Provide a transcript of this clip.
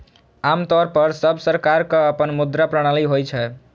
आम तौर पर सब सरकारक अपन मुद्रा प्रणाली होइ छै